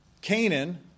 Canaan